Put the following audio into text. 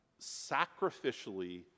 sacrificially